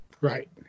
right